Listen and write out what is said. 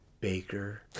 Baker